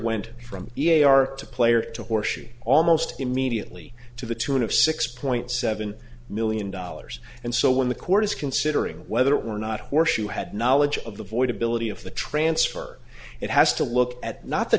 are to player to horseshoe almost immediately to the tune of six point seven million dollars and so when the court is considering whether or not horseshoe had knowledge of the void ability of the transfer it has to look at not the